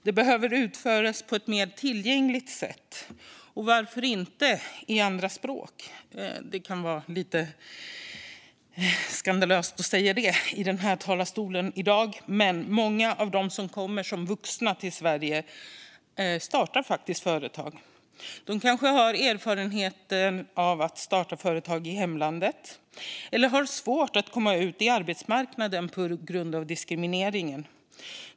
De behöver utföras på ett mer tillgängligt sätt, och varför inte på andra språk? Det kan vara lite skandalöst att säga det i den här talarstolen i dag. Många av dem som kommer som vuxna till Sverige startar företag. De kanske har erfarenhet av att starta företag i hemlandet, eller har svårt att komma ut på arbetsmarknaden på grund av diskrimineringen.